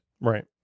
Right